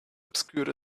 obscured